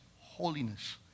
holiness